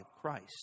Christ